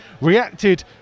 reacted